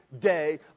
day